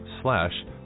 slash